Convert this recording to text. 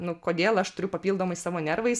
nu kodėl aš turiu papildomai savo nervais